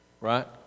right